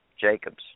Jacobs